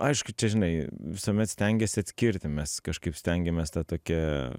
aišku žinai visuomet stengiesi atskirti mes kažkaip stengiamės tą tokią